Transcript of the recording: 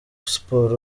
sport